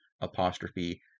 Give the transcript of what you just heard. apostrophe